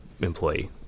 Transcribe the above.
employee